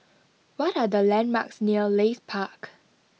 what are the landmarks near Leith Park